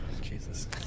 Jesus